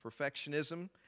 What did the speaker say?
Perfectionism